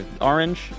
orange